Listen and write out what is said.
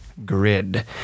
grid